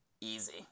easy